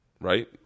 right